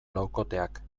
laukoteak